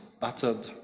battered